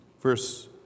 Verse